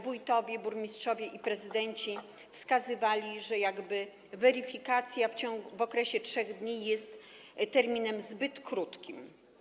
Wójtowie, burmistrzowie i prezydenci wskazywali, że weryfikacja w okresie 3 dni jest terminem zbyt krótkim.